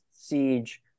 siege